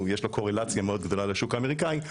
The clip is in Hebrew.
יש לו קורלציה מאוד גדולה לשוק האמריקאי.